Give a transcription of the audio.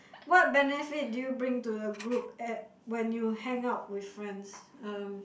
what benefit do you bring to the group at when you hang out with friends um